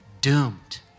doomed